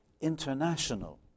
international